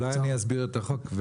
אולי אני אסביר את החוק.